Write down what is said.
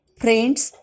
friends